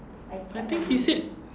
I think he said